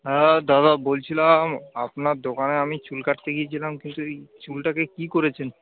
হ্যাঁ দাদা বলছিলাম আপনার দোকানে আমি চুল কাটতে গিয়েছিলাম কিন্তু এই চুলটাকে কী করেছেন